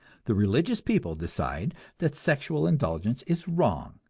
the religious people decide that sexual indulgence is wrong,